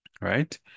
right